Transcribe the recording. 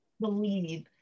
believe